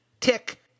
tick